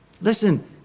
Listen